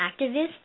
activist